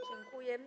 Dziękuję.